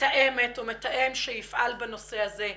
מתאמת או מתאם שיפעל בנושא הזה,